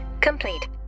complete